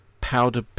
Powder